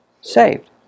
saved